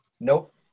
Nope